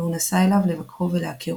והוא נסע אליו לבקרו ולהכירו.